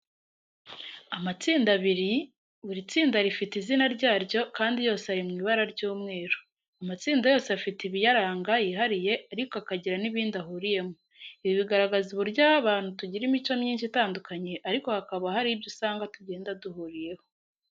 Amatsinda abiri, buri tsinda rifite izina ryaryo kandi yose ari mu ibara ry'umweru. Amatsinda yose afite ibiyaranga yihariye ariko akagira n'ibindi ahuriyemo. Ibi bigaragaza uburyo abantu tugira imico myinshi itandukanye ariko hakaba hari ibyo usanga tugenda duhuriyeho.